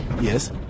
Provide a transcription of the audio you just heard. Yes